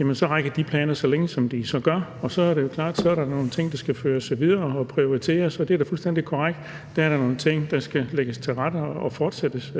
Og de planer rækker så længe, som de gør, og så er det jo klart, at der er nogle ting, der skal føres videre og prioriteres, og det er fuldstændig korrekt, at der er nogle ting, der skal lægges til rette og fortsættes.